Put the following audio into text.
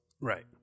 Right